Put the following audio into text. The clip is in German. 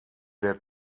der